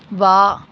ਵਾਹ